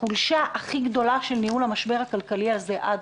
החולשה הכי גדולה של ניהול המשבר הכלכלי הזה עד